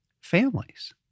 families